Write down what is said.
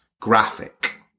Graphic